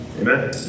Amen